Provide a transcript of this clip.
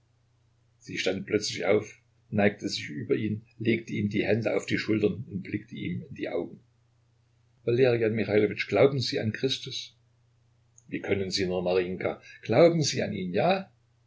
sie stand plötzlich auf neigte sich über ihn legte ihm die hände auf die schultern und blickte ihm in die augen valerian michailowitsch glauben sie an christus wie können sie nur marinjka glauben sie an ihn ja